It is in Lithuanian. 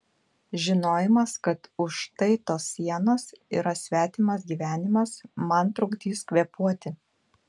žinojimas kad už štai tos sienos yra svetimas gyvenimas man trukdys kvėpuoti